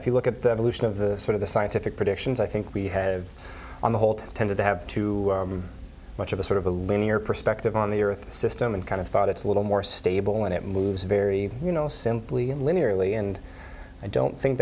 if you look at the evolution of the sort of the scientific predictions i think we have on the whole tended to have too much of a sort of a linear perspective on the earth system and kind of thought it's a little more stable and it moves very you know simply and linearly and i don't think